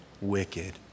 wicked